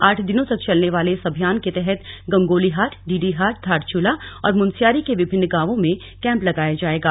आठ दिनों तक चलनेवाले इस अभियान के तहत गंगोलीहाट डीडीहाट धारचूला और मुनस्यारी के विभिन्न गांवों में कैंप लगाया जाएगा